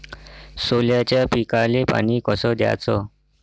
सोल्याच्या पिकाले पानी कस द्याचं?